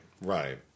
right